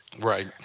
right